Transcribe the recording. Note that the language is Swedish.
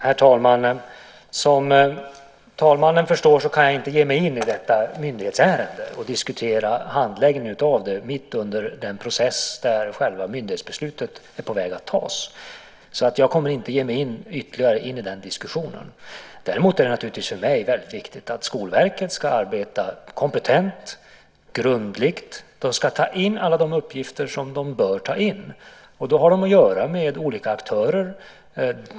Herr talman! Som talmannen förstår kan jag inte ge mig in i detta myndighetsärende och diskutera handläggningen av det mitt under den process där själva myndighetsbeslutet är på väg att tas. Jag kommer alltså inte att ge mig in ytterligare i den diskussionen. Däremot är det naturligtvis viktigt att Skolverket ska arbeta kompetent och grundligt. De ska ta in alla de uppgifter som de bör ta in. De har då att göra med olika aktörer.